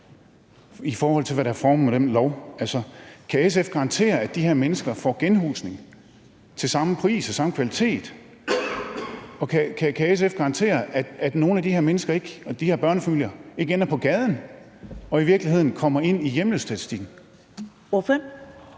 Kan SF garantere, at de her mennesker får genhusning til samme pris og samme kvalitet, og kan SF garantere, at nogle af de her mennesker og børnefamilier ikke ender på gaden og i virkeligheden kommer ind i hjemløsestatistikken?